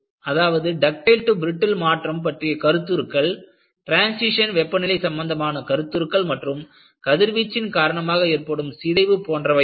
அதாவது ductile to brittle மாற்றம் பற்றிய கருத்துருக்கள் டிரான்சிஷன் வெப்பநிலை சம்பந்தமான கருத்துருக்கள் மற்றும் கதிர்வீச்சின் காரணமாக ஏற்படும் சிதைவு போன்றவையாகும்